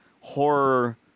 horror